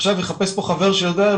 עכשיו יחפש פה חבר שיודע,